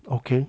okay